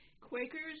Quakers